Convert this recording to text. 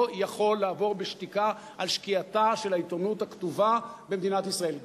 לא יכול לעבור בשתיקה על שקיעתה של העיתונות הכתובה במדינת ישראל.